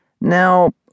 Now